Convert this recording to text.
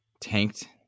tanked